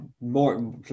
More